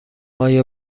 آیا